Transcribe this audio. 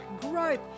growth